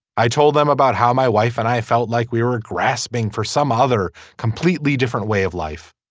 i told them about how my wife and i felt like we were grasping for some other completely different way of life